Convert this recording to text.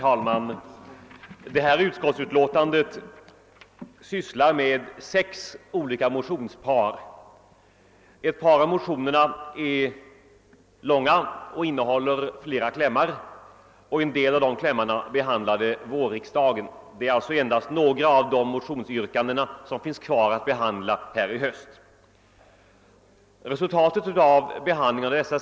Herr talman! I förevarande utlåtande behandlas sex olika motionspar. Några av motionerna är långa och innehåller flera klämmar, vilka i en del fall behandlades redan under vårriksdagen. Det är alltså bara några av yrkandena i dessa motioner som det återstår att ta ställning till i höst. Resultatet av behandlingen av de.